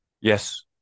Yes